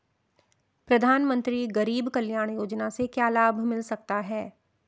प्रधानमंत्री गरीब कल्याण योजना से क्या लाभ मिल सकता है?